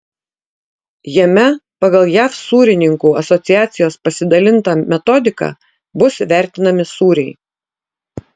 jame pagal jav sūrininkų asociacijos pasidalintą metodiką bus vertinami sūriai